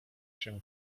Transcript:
się